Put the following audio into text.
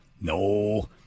No